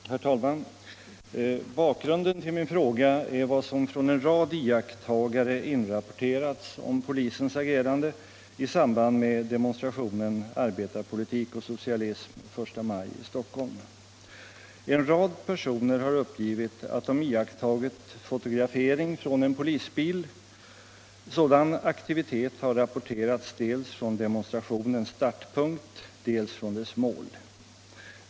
Herr talman! Bakgrunden till min fråga är vad som från en rad iakttagare inrapporterats om polisens agerande i samband med demonstrationen Arbetarpolitik och socialism den 1 maj i Stockholm. En rad personer har uppgivit att de iakttagit fotografering från en polisbil. Sådan aktivitet har rapporterats dels från demonstrationens startpunkt, dels från dess mål.